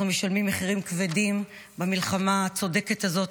אנחנו משלמים מחירים כבדים במלחמה הצודקת הזאת,